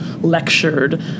lectured